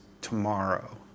tomorrow